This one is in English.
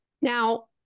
Now